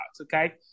okay